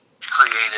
created